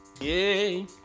Yay